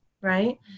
Right